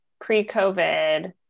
pre-COVID